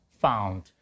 found